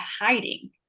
hiding